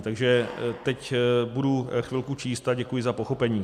Takže teď budu chvilku číst a děkuji za pochopení.